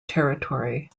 territory